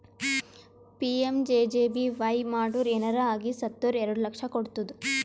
PMJJBY ಮಾಡುರ್ ಏನರೆ ಆಗಿ ಸತ್ತುರ್ ಎರಡು ಲಕ್ಷ ಕೊಡ್ತುದ್